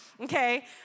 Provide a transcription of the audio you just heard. Okay